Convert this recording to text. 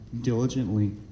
diligently